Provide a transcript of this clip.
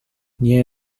near